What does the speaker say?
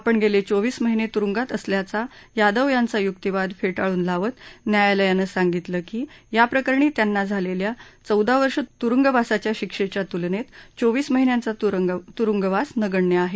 आपण गेले चोवीस महिने तुरुंगात असल्याचा यादव यांचा युक्तीवाद फेटाळून लावताना न्यायालयानं सांगितलं की याप्रकरणी त्यांना झालेल्या चौदा वर्ष तुरुंगवासाच्या शिक्षेच्या तुलनेत चोवीस महिन्यांचा तुरुंगवास नगण्य आहे